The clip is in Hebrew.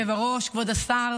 ברשות יושב-ראש הישיבה,